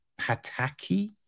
Pataki